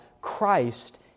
Christ